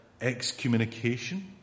excommunication